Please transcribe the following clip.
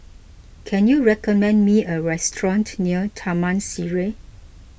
can you recommend me a restaurant near Taman Sireh